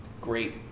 great